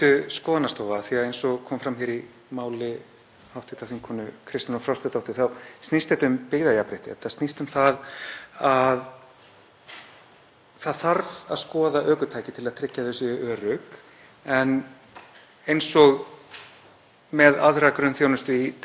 það þarf að skoða ökutæki til að tryggja að þau séu örugg en eins og með aðra grunnþjónustu í dreifðari byggðum þá er hún ekki aðgengileg alls staðar. Markaðslegar forsendur, segir ráðherrann